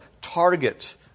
target